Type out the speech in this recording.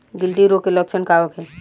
गिल्टी रोग के लक्षण का होखे?